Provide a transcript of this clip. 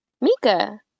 Mika